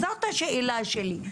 זאת השאלה שלי.